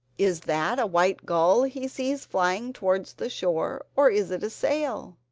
is that a white gull he sees flying towards the shore, or is it a sail?